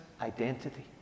identity